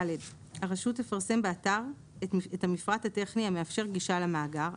(ד) הרשות תפרסם באתר את המפרט הטכני המאפשר גישה למאגר,